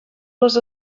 les